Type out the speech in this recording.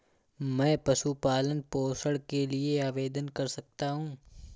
मैं पशु पालन पोषण के लिए आवेदन कैसे कर सकता हूँ?